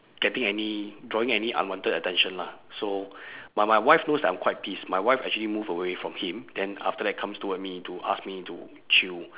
getting any drawing any unwanted attention lah so but my wife knows that I'm quite pissed my wife actually move away from him then after that comes toward me to ask me to chill